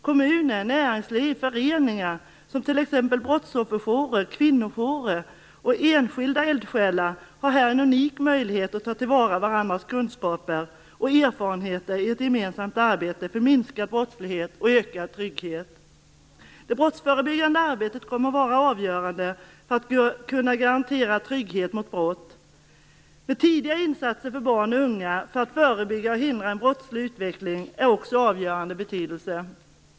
Kommuner, näringsliv, föreningar - t.ex. brottsofferjourer och kvinnojourer - och enskilda eldsjälar har här en unik möjlighet att ta till vara varandras kunskaper och erfarenheter i ett gemensamt arbete för minskad brottslighet och ökad trygghet. Det brottsförebyggande arbetet kommer att vara avgörande för att man skall kunna garantera trygghet när det gäller brott. Men tidiga insatser för barn och unga, för att man skall kunna förebygga och hindra en brottslig utveckling, är också av avgörande betydelse.